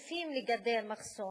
מוסיפים לגדר מחסום